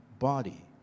body